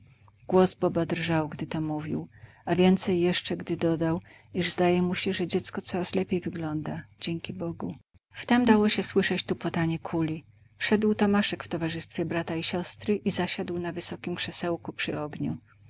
głos boba drżał gdy to mówił a więcej jeszcze gdy dodał iż zdaje mu się że dziecko coraz lepiej wygląda dzięki bogu wtem dało się słyszeć tupotanie kuli wszedł tomaszek w towarzystwie brata i siostry i zasiadł na wysokiem krzesełku przy ogniu